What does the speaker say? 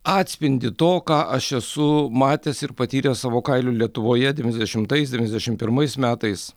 atspindį to ką aš esu matęs ir patyręs savo kailiu lietuvoje devyniasdešimtais devyniasdešimt pirmais metais